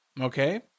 okay